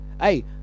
hey